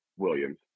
Williams